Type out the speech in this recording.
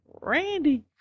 Randy